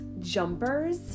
jumpers